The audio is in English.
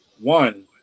one